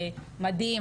מדהים,